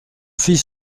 fils